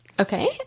Okay